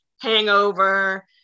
hangover